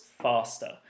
faster